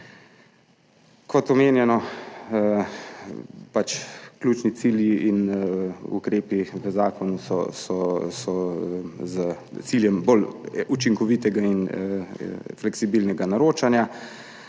Kot omenjeno, ključni cilji in ukrepi v zakonu so z namenom bolj učinkovitega in fleksibilnega naročanja.